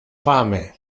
fame